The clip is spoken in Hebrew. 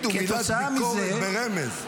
תגידו מילת ביקורת ברמז.